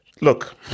Look